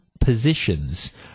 positions